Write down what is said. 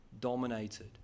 dominated